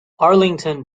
arlington